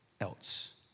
else